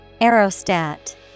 Aerostat